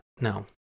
No